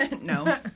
No